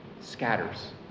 scatters